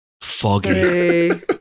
foggy